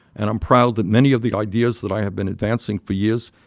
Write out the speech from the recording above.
and i'm proud that many of the ideas that i have been advancing for years,